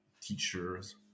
teachers